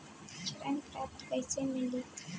ऋण पात्रता कइसे मिली?